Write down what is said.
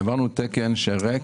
העברנו תקן ריק,